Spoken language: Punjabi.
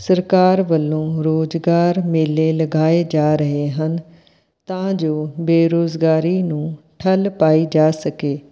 ਸਰਕਾਰ ਵੱਲੋਂ ਰੁਜ਼ਗਾਰ ਮੇਲੇ ਲਗਾਏ ਜਾ ਰਹੇ ਹਨ ਤਾਂ ਜੋ ਬੇਰੁਜ਼ਗਾਰੀ ਨੂੰ ਠੱਲ੍ਹ ਪਾਈ ਜਾ ਸਕੇ